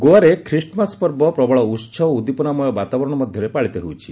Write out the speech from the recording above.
ଗୋଆରେ ଖ୍ରୀଷ୍ଟମାସ ପର୍ବ ପ୍ରବଳ ଉତ୍ଦୀପନାମୟ ବାତାବରଣ ମଧ୍ୟରେ ପାଳିତ ହେଉଛି